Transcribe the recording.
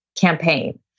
campaign